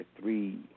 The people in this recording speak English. three